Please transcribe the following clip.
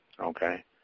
Okay